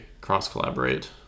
cross-collaborate